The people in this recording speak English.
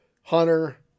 Hunter